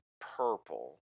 purple